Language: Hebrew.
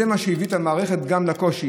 הם מה שהביא את המערכת גם לקושי.